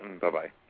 Bye-bye